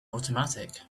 automatic